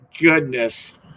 goodness